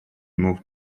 moved